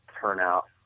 turnout